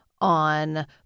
on